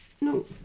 No